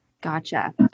Gotcha